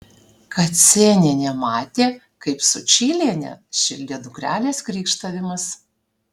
kacėnienė matė kaip sučylienę šildė dukrelės krykštavimas